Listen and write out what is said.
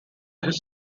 his